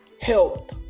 Help